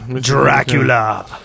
Dracula